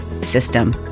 system